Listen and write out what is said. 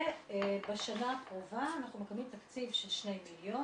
ובשנה הקרובה אנחנו מקבלים תקציב של 2 מיליון